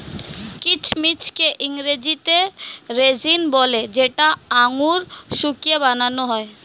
কিচমিচকে ইংরেজিতে রেজিন বলে যেটা আঙুর শুকিয়ে বানান হয়